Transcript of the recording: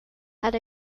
had